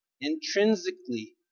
Intrinsically